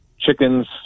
chickens